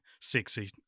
sexy